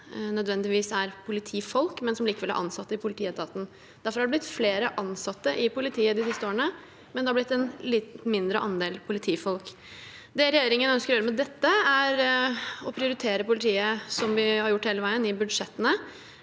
nødvendigvis er politifolk, men som likevel er ansatte i politietaten. Derfor har det blitt flere ansatte i politiet de siste årene, men det har blitt en litt mindre andel politifolk. Det regjeringen ønsker å gjøre med dette, er å prioritere politiet, som vi har gjort hele veien i budsjettene.